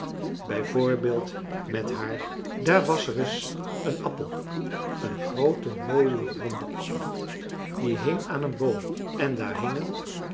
bijvoorbeeld met haar françois haverschmidt familie en kennissen daar was ereis een appel een groote mooie ronde appel die hing aan een boom en daar hingen